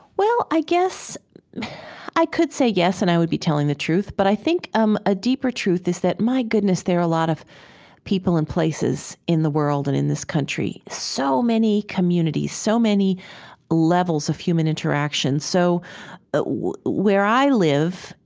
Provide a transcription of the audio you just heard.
well, i guess i could say yes and i would be telling the truth. but i think um a deeper truth is that, my goodness, there are a lot of people and places in the world and in this country, so many communities, so many levels of human interactions. so ah where i live,